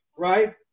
right